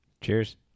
Cheers